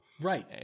Right